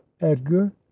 edgar